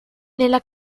nella